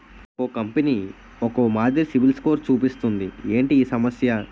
ఒక్కో కంపెనీ ఒక్కో మాదిరి సిబిల్ స్కోర్ చూపిస్తుంది ఏంటి ఈ సమస్య?